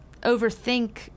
overthink